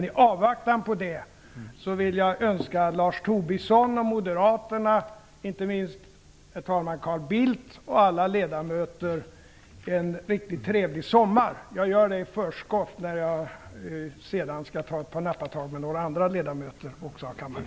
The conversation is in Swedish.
I avvaktan på det vill jag önska Lars Tobisson och moderaterna, inte minst Carl Bildt, och alla ledamöter en riktigt trevlig sommar. Jag gör det i förskott, innan jag tar ett par nappatag också med några andra ledamöter av kammaren.